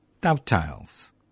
Dovetails